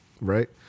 Right